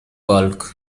bulk